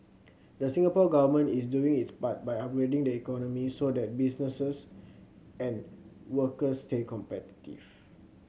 the Singapore Government is doing its part by upgrading the economy so that businesses and workers stay competitive